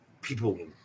people